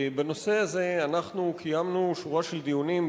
בנושא הזה אנחנו קיימנו שורה של דיונים,